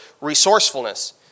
resourcefulness